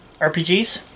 RPGs